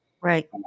Right